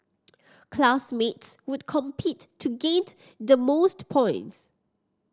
classmates would compete to gained the most points